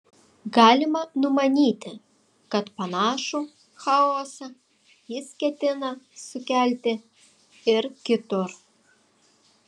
galima numanyti kad panašų chaosą jis ketina sukelti ir kitur